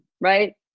right